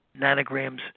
nanograms